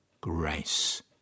Grace